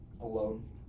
Alone